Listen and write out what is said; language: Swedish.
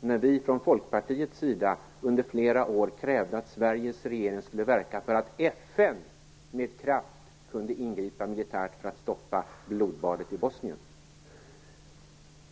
när vi från Folkpartiets sida under flera år i riksdagens talarstol krävde att Sveriges regering skulle verka för att FN med kraft skulle ingripa militärt för att stoppa blodbadet i Bosnien?